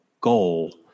goal